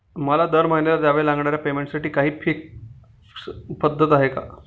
मला दरमहिन्याला द्यावे लागणाऱ्या पेमेंटसाठी काही फिक्स पद्धत आहे का?